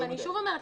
ואני שוב אומרת,